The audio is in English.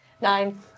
Nine